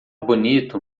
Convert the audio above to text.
bonito